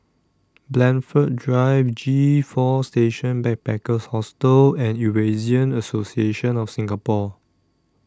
Blandford Drive G four Station Backpackers Hostel and Eurasian Association of Singapore